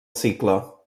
cicle